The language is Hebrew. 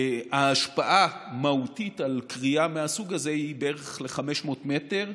השפעה מהותית על כריה מהסוג הזה היא בערך 500 מטר.